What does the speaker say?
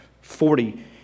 Forty